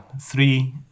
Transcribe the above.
three